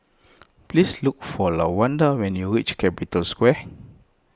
please look for Lawanda when you reach Capital Square